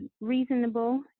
reasonable